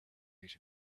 out